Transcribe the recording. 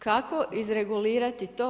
Kako iz regulirati to?